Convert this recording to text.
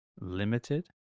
limited